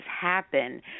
happen